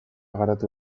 garatu